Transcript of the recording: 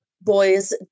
boys